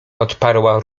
odparła